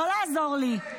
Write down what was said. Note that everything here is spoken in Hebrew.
לא לעזור לי.